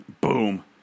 boom